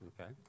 Okay